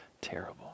terrible